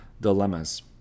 dilemmas